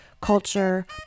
culture